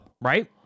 right